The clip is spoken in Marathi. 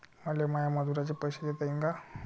मले माया मजुराचे पैसे देता येईन का?